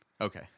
Okay